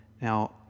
now